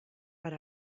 per